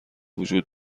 وجود